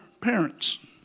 parents